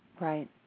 Right